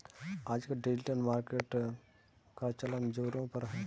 आजकल digital marketing का चलन ज़ोरों पर है